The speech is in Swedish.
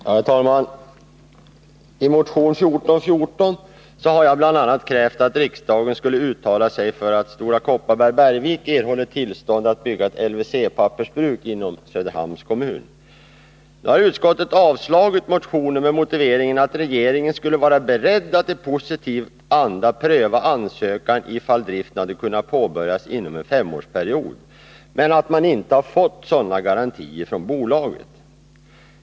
Herr talman! I motion 1414 har jag bl.a. krävt att riksdagen skall uttala sig för att Stora Kopparberg-Bergvik erhåller tillstånd att bygga ett LVC pappersbruk inom Söderhamns kommun. Nu har utskottet avstyrkt motionen med motiveringen att regeringen skulle ha varit beredd att i positiv anda pröva ansökan ifall driften hade kunnat påbörjas inom en femårsperiod, men att man inte har fått sådana garantier från bolaget.